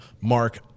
Mark